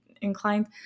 inclined